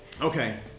okay